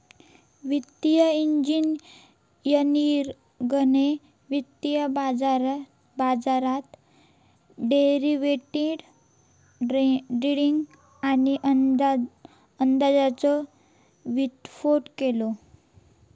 वित्तिय इंजिनियरिंगने वित्तीय बाजारात डेरिवेटीव ट्रेडींग आणि अंदाजाचो विस्फोट केलो